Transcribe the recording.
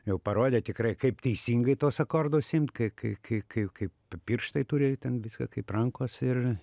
jau parodė tikrai kaip teisingai tuos akordus imt kai kai kai kai kaip pirštai turi ten viską kaip rankos ir